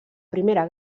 primera